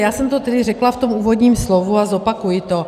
Já jsem to tedy řekla v úvodním slovu a zopakuji to.